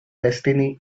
destiny